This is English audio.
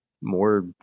more